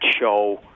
show